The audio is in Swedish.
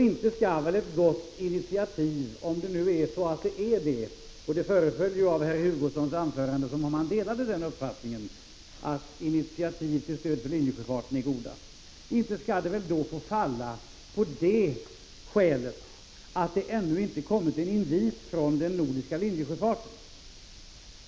Inte skall väl ett gott initiativ — det förefaller som om herr Hugosson delar uppfattningen att initiativ till stöd för linjesjöfarten är goda — falla av det skälet att det ännu inte har kommit en invit från den nordiska linjesjöfarten.